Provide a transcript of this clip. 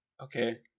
okay